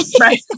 Right